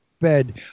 bed